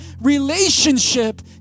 Relationship